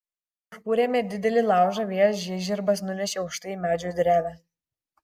užkūrėme didelį laužą vėjas žiežirbas nunešė aukštai į medžio drevę